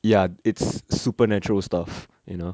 ya it's supernatural stuff you know